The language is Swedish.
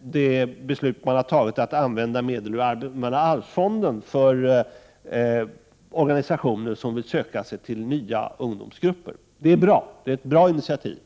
det beslut som har fattats om att ta medel ur allmänna arvsfonden för att ge stöd till organisationer som vill söka sig till nya grupper av ungdomar. Det är ett bra initiativ.